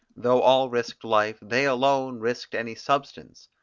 though all risked life, they alone risked any substance.